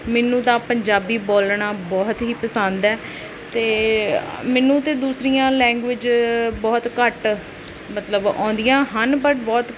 ਮੈਨੂੰ ਤਾਂ ਪੰਜਾਬੀ ਬੋਲਣਾ ਬਹੁਤ ਹੀ ਪਸੰਦ ਹੈ ਅਤੇ ਮੈਨੂੰ ਤਾਂ ਦੂਸਰੀਆਂ ਲੈਂਗੁਏਜ ਬਹੁਤ ਘੱਟ ਮਤਲਬ ਆਉਂਦੀਆਂ ਹਨ ਬਟ ਬਹੁਤ